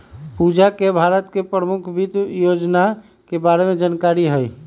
पूजा के भारत के परमुख वित योजना के बारे में जानकारी हई